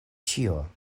ĉio